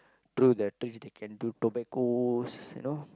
through the trees they can do tobaccos you know